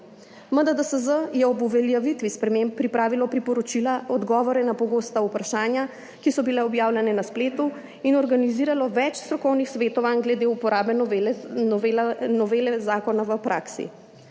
MDDSZ je ob uveljavitvi sprememb pripravilo priporočila, odgovore na pogosta vprašanja, ki so bila objavljena na spletu, in organiziralo več strokovnih svetovanj glede uporabe novele zakona v praksi.